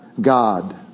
God